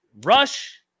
Rush